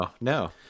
no